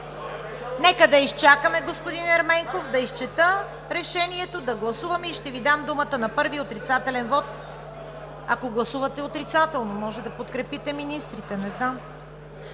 Нека да изчакаме, господин Ерменков, да изчета Решението, да гласуваме и ще Ви дам думата за първия отрицателен вот, ако гласувате отрицателно, може да подкрепите министрите, не знам.